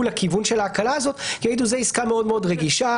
לכיוון של ההקלה הזאת כי הם יגידו שזאת עסקה מאוד מאוד רגישה,